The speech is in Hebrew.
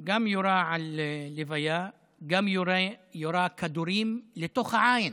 גם יורה על לוויה, גם יורה כדורים לתוך העין,